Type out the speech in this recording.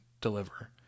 deliver